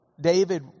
David